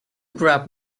grab